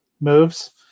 moves